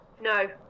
no